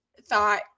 thought